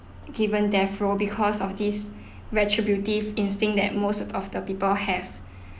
given death row because of this retributive instinct that most of the people have